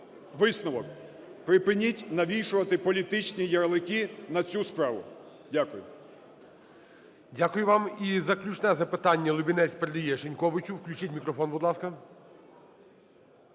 висновок. Припиніть навішувати політичні ярлики на цю справу. Дякую.